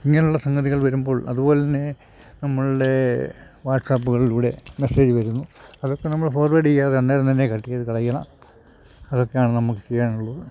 ഇങ്ങനുള്ള സംഗതികൾ വരുമ്പോൾ അതുപോലെ തന്നെ നമ്മളുടെ വാട്സാപ്പുകളിലൂടെ മെസ്സേജ് വരുന്നു അതൊക്കെ നമ്മൾ ഫോർവേഡ് ചെയ്യാതെ അന്നേരം തന്നെ കട്ട് ചെയ്ത് കളയണം അതൊക്കെയാണ് നമുക്ക് ചെയ്യാനുള്ളത്